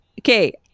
okay